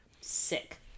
Sick